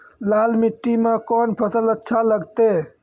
लाल मिट्टी मे कोंन फसल अच्छा लगते?